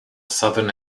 southern